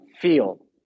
feel